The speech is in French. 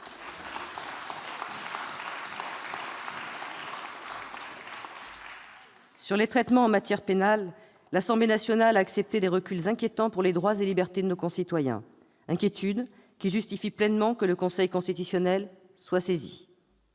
des traitements en matière pénale, l'Assemblée nationale a accepté des reculs inquiétants pour les droits et libertés de nos concitoyens. Ces motifs d'inquiétude justifient pleinement que le Conseil constitutionnel soit saisi.